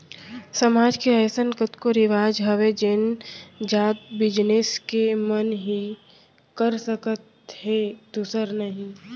समाज के अइसन कतको रिवाज हावय जेन जात बिसेस के मन ही कर सकत हे दूसर नही